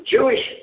Jewish